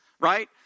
right